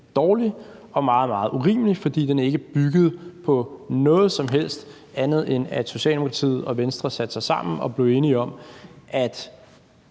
dårlig og meget, meget urimelig, fordi den ikke bygger på noget som helst andet, end at Socialdemokratiet og Venstre satte sig sammen og blev enige om, at